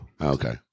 Okay